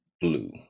blue